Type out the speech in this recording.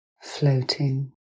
floating